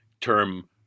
term